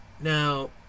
now